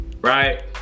right